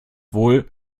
wohl